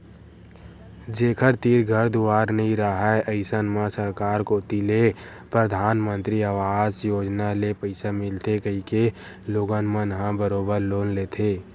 जेखर तीर घर दुवार नइ राहय अइसन म सरकार कोती ले परधानमंतरी अवास योजना ले पइसा मिलथे कहिके लोगन मन ह बरोबर लोन लेथे